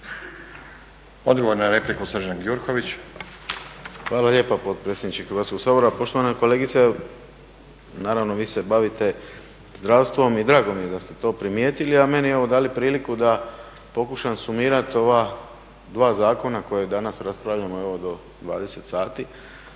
**Gjurković, Srđan (HNS)** Hvala lijepa potpredsjedniče Hrvatskog sabora. Poštovana kolegice, naravno vi se bavite zdravstvom i drago mi je da ste to primjetili, a meni evo dali priliku da pokušam sumirati ova dva zakona koja danas raspravljamo, evo do 20 sati.